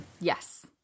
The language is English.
Yes